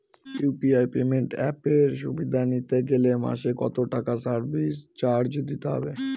UPI payment অ্যাপের সুবিধা নিতে গেলে মাসে কত টাকা সার্ভিস চার্জ দিতে হবে?